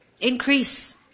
Increase